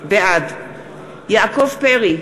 בעד יעקב פרי,